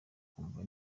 ukumva